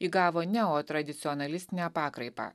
įgavo neotradicionalistinę pakraipą